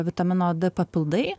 vitamino d papildai